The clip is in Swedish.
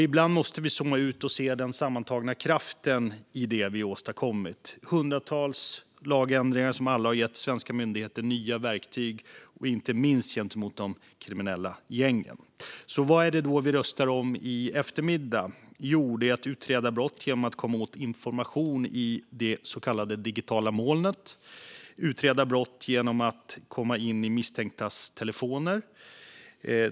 Ibland måste vi zooma ut och se den sammantagna kraften i det som vi har åstadkommit. Det handlar om hundratals lagändringar som alla har gett svenska myndigheter nya verktyg, inte minst gentemot de kriminella gängen. Vad är det då som vi ska rösta om? Jo, det handlar om att utreda brott genom att komma åt information i det så kallade digitala molnet och att utreda brott genom att komma in i misstänktas telefoner.